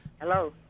Hello